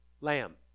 lamb